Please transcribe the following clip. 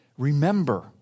Remember